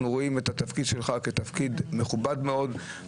רואים את התפקיד שלך כתפקיד מכובד מאוד,